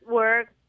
work